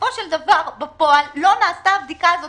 בסופו של דבר בפועל לא נעשתה הבדיקה הזאת,